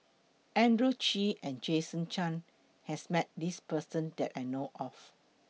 Andrew Chew and Jason Chan has Met This Person that I know of